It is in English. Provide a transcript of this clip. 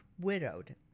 widowed